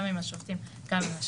גם עם השופטים וגם עם השב"ס,